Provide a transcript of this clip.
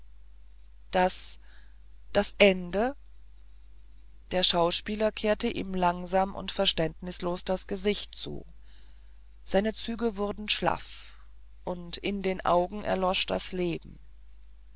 das das ende der schauspieler kehrte ihm langsam und verständnislos das gesicht zu seine züge wurden schlaff und in den augen erlosch das leben